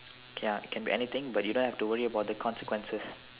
K ah it can be anything but you don't have to worry about the consequences